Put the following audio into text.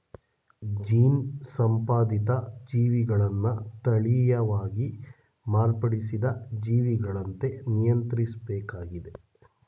gene ಸಂಪಾದಿತ ಜೀವಿಗಳನ್ನ ತಳೀಯವಾಗಿ ಮಾರ್ಪಡಿಸಿದ ಜೀವಿಗಳಂತೆ ನಿಯಂತ್ರಿಸ್ಬೇಕಾಗಿದೆ